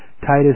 Titus